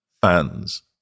fans